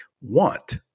want